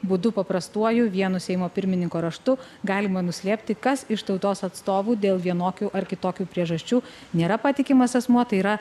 būdu paprastuoju vienu seimo pirmininko raštu galima nuslėpti kas iš tautos atstovų dėl vienokių ar kitokių priežasčių nėra patikimas asmuo tai yra